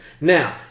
Now